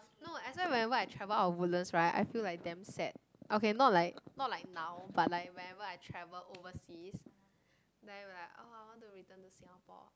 no that's why when I travel out of Woodlands right I feel like damn sad okay not like not like now but like whenever I travel overseas then i'll be like ah i want to return to singapore